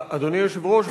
היושב-ראש,